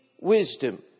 wisdom